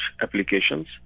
applications